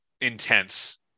intense